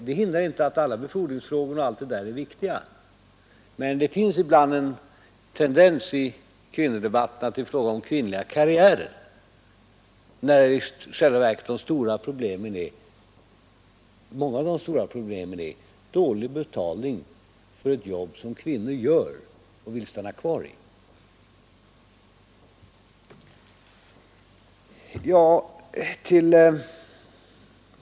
Detta hindrar inte att befordringsfrågor också är viktiga, men det finns en tendens i kvinnodebatten att göra gällande att det här är fråga om kvinnliga karriärer, när många av de stora problemen i själva verket är dålig betalning för ett jobb som kvinnor gör och vill stanna kvar i.